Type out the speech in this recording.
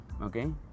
okay